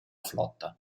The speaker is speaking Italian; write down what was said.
flotta